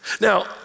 Now